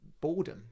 boredom